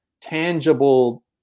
tangible